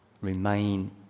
remain